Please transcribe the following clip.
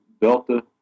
Delta